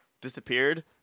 disappeared